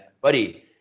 Buddy